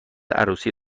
عروسی